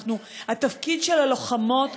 התפקיד של הלוחמות,